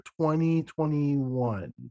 2021